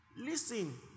Listen